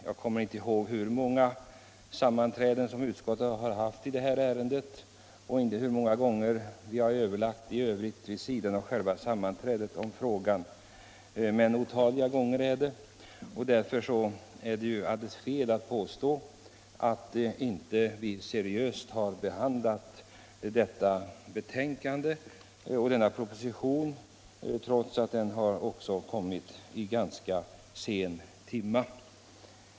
Jag kommer nu inte ihåg hur många sammanträden utskottet har haft i denna fråga eller hur många gånger vi har överlagt om den vid sidan av sammanträdena, men det har varit många gånger. Därför är det fel att påstå att vi inte har behandlat ärendet seriöst. Det har vi gjort, trots att propositionen lades fram ganska sent.